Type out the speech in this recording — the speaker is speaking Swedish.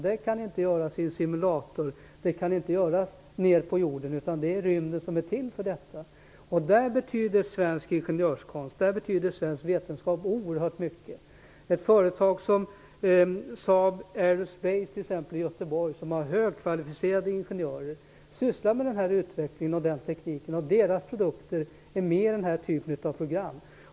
Det kan inte göras vare sig i en simulator eller här nere på jorden, utan rymden är till för den saken. I det sammanhanget betyder svensk ingenjörskonst/vetenskap oerhört mycket. Ett företag som Saab Aoero-Space i Göteborg, som har högkvalificerade ingenjörer, sysslar med denna utveckling och teknik, och företagets produkter är med i den här typen av program.